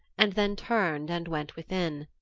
and then turned and went within,